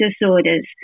disorders